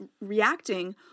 reacting